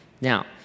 Now